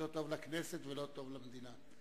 לכנסת ולא טוב למדינה.